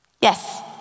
Yes